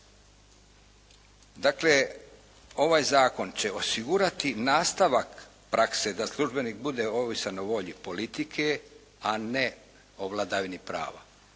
Dakle, ovaj zakon će osigurati nastavak prakse da službenik bude ovisan o volji politike, a ne o vladavini prava.